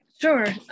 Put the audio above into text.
Sure